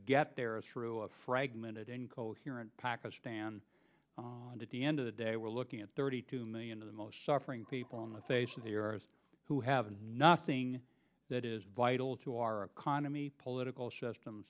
get there through a fragmented and coherent pakistan and at the end of the day we're looking at thirty two million of the most suffering people on the face of here who have nothing that is vital to our economy political system